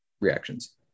reactions